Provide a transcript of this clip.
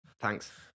Thanks